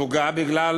בגלל